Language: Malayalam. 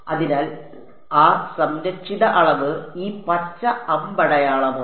അതിനാൽ ആ സംരക്ഷിത അളവ് ഈ പച്ച അമ്പടയാളമാണ്